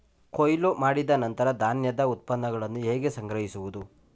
ಕೊಯ್ಲು ಮಾಡಿದ ನಂತರ ಧಾನ್ಯದ ಉತ್ಪನ್ನಗಳನ್ನು ಹೇಗೆ ಸಂಗ್ರಹಿಸುವುದು?